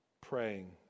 praying